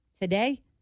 today